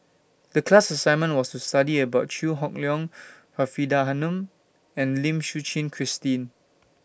The class assignment was to study about Chew Hock Leong Faridah Hanum and Lim Suchen Christine